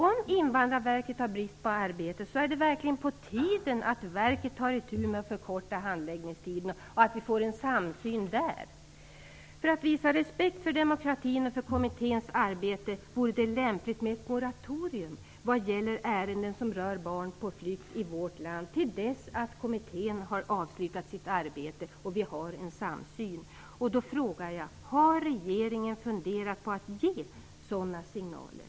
Om Invandrarverket har brist på arbete är det verkligen på tiden att verket tar itu med att förkorta handläggningstiderna och att vi får en samsyn där. För att visa respekt för demokratin och för kommitténs arbete vore det lämpligt att vi införde ett moratorium vad gäller ärenden som rör barn på flykt i vårt land till dess att kommittén har avslutat sitt arbete och vi har en samsyn. Har regeringen funderat på att ge sådana signaler?